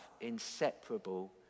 inseparable